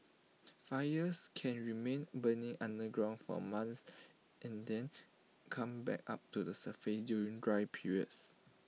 fires can remain burning underground for months and then come back up to the surface during dry periods